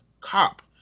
cop